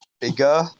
bigger